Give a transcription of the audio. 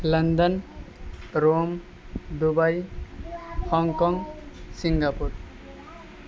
London Rome Dubai Hong Kong Singapore